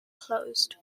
closed